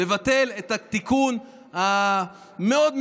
לבטל את התיקון המאוד-מיותר,